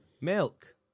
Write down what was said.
Milk